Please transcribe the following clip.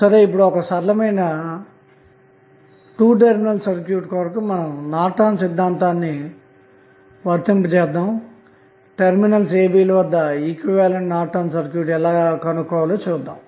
సరే ఇప్పుడు ఒక సరళమైన టూ టెర్మినల్ సర్క్యూట్ కొరకు నార్టన్ సిద్ధాంతాన్ని వర్తింపజేసి టెర్మినల్స్ a b ల వద్ద ఈక్వివలెంట్ నార్టన్ సర్క్యూట్ ఎలా కనుగొనాలో చూద్దాము